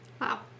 Wow